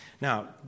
Now